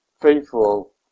faithful